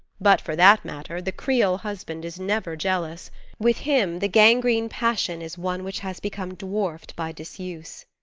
but for that matter, the creole husband is never jealous with him the gangrene passion is one which has become dwarfed by disuse.